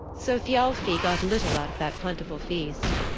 so thialfi got little out of that plentiful feast.